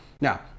now